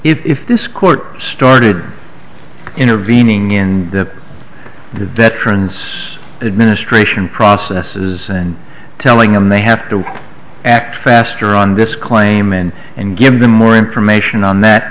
arm if this court started intervening in the veterans administration processes and telling them they have to act faster on disclaim in and give them more information on that